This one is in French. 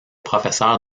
professeur